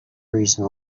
reason